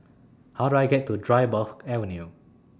How Do I get to Dryburgh Avenue